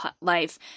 life